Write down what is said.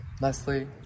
Leslie